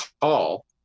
call